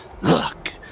Look